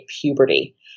puberty